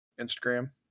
Instagram